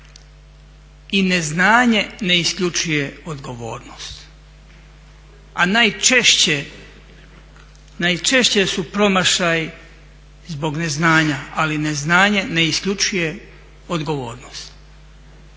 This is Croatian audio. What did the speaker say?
i neznanje ne isključuje odgovornost. A najčešće, najčešće su promašaji zbog neznanja ali neznanje ne isključuje odgovornost.